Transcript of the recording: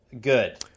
Good